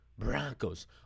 Broncos